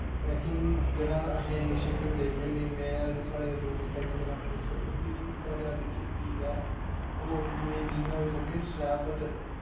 trekking जेह्ड़ा असें initiative लैन्ने होन्ने में ते साढ़े दोस्त टॅैकिंग हफ्ते च उसी बी घरै आह्ले आखदे कि ठीक ऐ होर जिन्ना होई सकै शैल बट